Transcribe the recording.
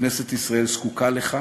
כנסת ישראל זקוקה לך,